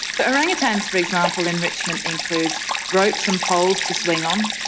the orangutans', for example, enrichment includes ropes and poles to swing on,